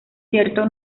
cierto